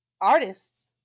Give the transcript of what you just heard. artists